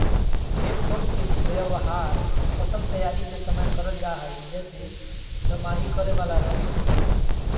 हे फोर्क के व्यवहार फसल तैयारी के समय करल जा हई, जैसे दमाही करे वाला रवि फसल मे